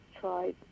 tried